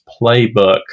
playbook